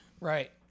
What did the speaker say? Right